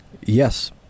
Yes